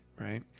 Right